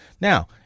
Now